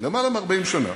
למעלה מ-40 שנה,